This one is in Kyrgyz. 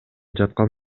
жаткан